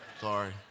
Sorry